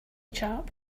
chap